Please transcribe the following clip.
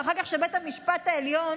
שאחר כך בית המשפט העליון